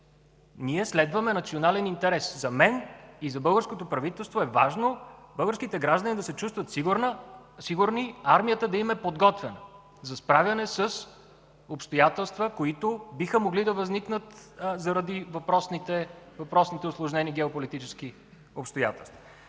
ние следваме национален интерес. За мен и за българското правителство е важно българските граждани да се чувстват сигурни, армията да им е подготвена за справяне с обстоятелства, които биха могли да възникнат заради въпросните усложнени геополитически обстоятелства.